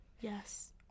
Yes